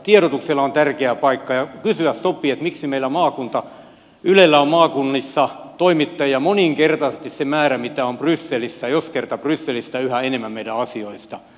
tiedotuksella on tärkeä paikka ja kysyä sopii miksi ylellä on maakunnissa toimittajia moninkertaisesti se määrä mitä on brysselissä jos kerta brysselissä yhä enemmän meidän asioista päätetään